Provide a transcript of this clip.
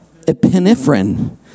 Epinephrine